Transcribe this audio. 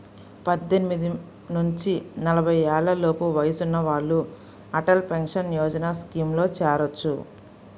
పద్దెనిమిది నుంచి నలభై ఏళ్లలోపు వయసున్న వాళ్ళు అటల్ పెన్షన్ యోజన స్కీమ్లో చేరొచ్చు